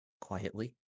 quietly